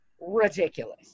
ridiculous